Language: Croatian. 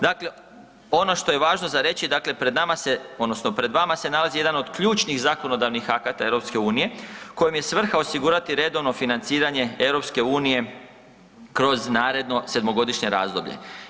Dakle, ono što je važno za reći pred nama se odnosno pred vama se nalazi jedna od ključnih zakonodavnih akata EU kojem je svrha osigurati redovno financiranje EU kroz naredno sedmogodišnje razdoblje.